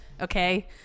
okay